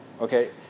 Okay